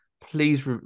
please